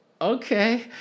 Okay